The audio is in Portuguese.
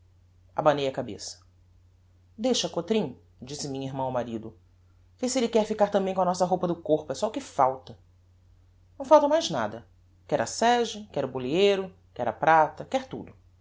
cede abanei a cabeça deixa cotrim disse minha irmã ao marido vê se elle quer ficar tambem com a nossa roupa do corpo é só o que falta não falta mais nada quer a sege quer o boleeiro quer a prata quer tudo